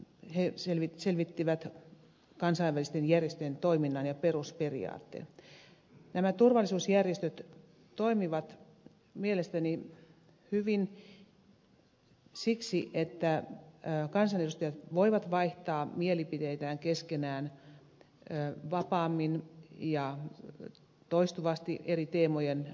laukkanen selvittivät kansainvälisten järjestöjen toiminnan ja perusperiaatteet nämä turvallisuusjärjestöt toimivat mielestäni hyvin siksi että kansanedustajat voivat vaihtaa mielipiteitään keskenään vapaammin ja toistuvasti eri teemojen tiimoilta